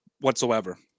whatsoever